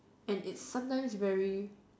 and it's sometimes very